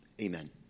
amen